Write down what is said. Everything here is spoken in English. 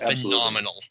phenomenal